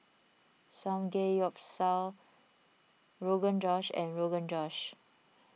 Samgeyopsal Rogan Josh and Rogan Josh